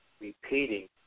repeating